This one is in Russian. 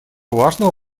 важного